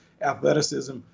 athleticism